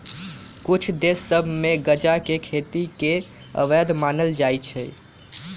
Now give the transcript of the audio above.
कुछ देश सभ में गजा के खेती के अवैध मानल जाइ छै